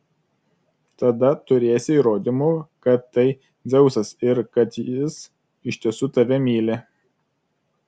tada turėsi įrodymų kad tai dzeusas ir kad jis iš tiesų tave myli